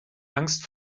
angst